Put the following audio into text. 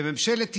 שממשלת ישראל,